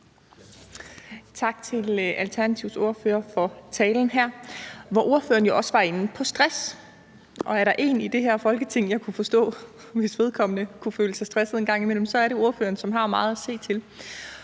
Tak til Alternativets ordfører for talen her, hvor ordføreren jo også var inde på stress. Og er der en i det her Folketing, jeg kunne forstå ville kunne føle sig stresset en gang imellem, er det ordføreren, som har meget at se til.